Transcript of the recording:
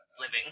living